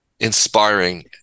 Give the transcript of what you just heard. inspiring